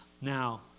Now